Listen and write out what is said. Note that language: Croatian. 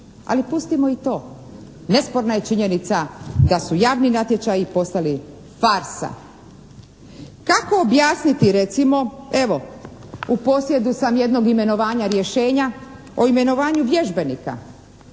Ali pustimo i to. Nesporna je činjenica da su javni natječaji postali farsa. Kako objasniti recimo, evo u posjedu sam jednog imenovanja rješenja o imenovanju vježbenika